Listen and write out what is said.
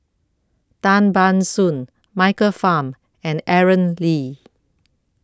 Tan Ban Soon Michael Fam and Aaron Lee